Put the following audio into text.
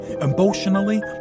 emotionally